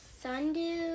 sundew